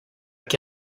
que